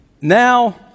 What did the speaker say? Now